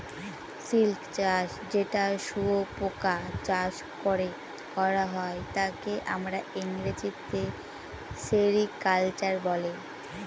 silk চাষ যেটা শুয়োপোকা চাষ করে করা হয় তাকে আমরা ইংরেজিতে সেরিকালচার বলে